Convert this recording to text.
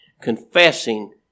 Confessing